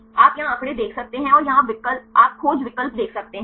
आप यहाँ आँकड़े देख सकते हैं और यहाँ आप खोज विकल्प देख सकते हैं